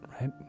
right